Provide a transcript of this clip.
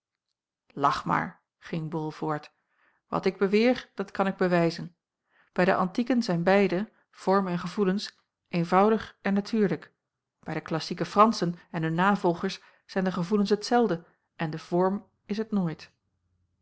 lach maar ging bol voort wat ik beweer dat kan ik bewijzen bij de antieken zijn beide vorm en gevoelens eenvoudig en natuurlijk bij de klassieke franschen en hun navolgers zijn de gevoelens het zelden en de vorm is het nooit